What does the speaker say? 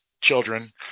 children